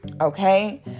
Okay